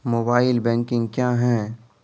Mobile banking क्या हैं?